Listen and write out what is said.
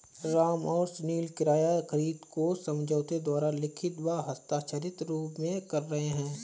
राम और सुनील किराया खरीद को समझौते द्वारा लिखित व हस्ताक्षरित रूप में कर रहे हैं